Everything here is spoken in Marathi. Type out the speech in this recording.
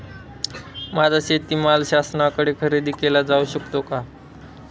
माझा शेतीमाल शासनाकडे खरेदी केला जाऊ शकतो का?